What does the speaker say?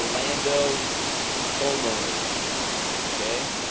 orlando homeowners okay,